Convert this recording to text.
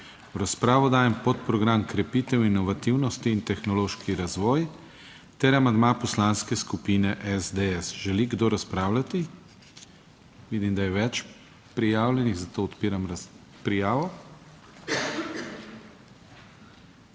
V razpravo dajem podprogram Krepitev inovativnosti in tehnološki razvoj ter amandma Poslanske skupine SDS. Želi kdo razpravljati? Vidim, da je več prijavljenih, zato odpiramo.